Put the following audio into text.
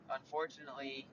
unfortunately